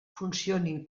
funcionin